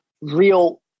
real